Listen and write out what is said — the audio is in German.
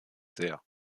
sehr